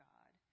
God